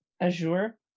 azure